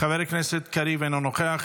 חבר הכנסת קריב, אינו נוכח.